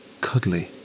cuddly